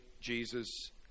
Jesus